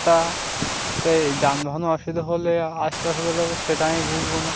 তাতে যানবাহন অসুবিধা হলে আস্তে আস্তে হলে সেটা আমি বুঝবো না